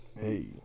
Hey